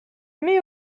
mets